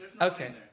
Okay